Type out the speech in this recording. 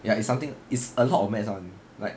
ya it's something it's a lot of maths [one] like